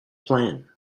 plan